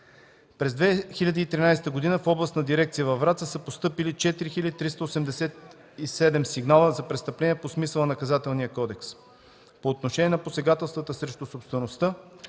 През 2013 г. в Областната дирекция на МВР във Враца са постъпили 4387 сигнала за престъпления по смисъла на Наказателния кодекс. По отношение на посегателствата срещу собствеността